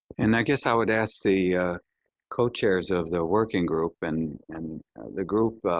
and i guess i would ask the co-chairs of the working group and and the group but